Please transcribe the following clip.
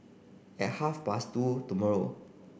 at half past two tomorrow